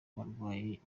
barwaye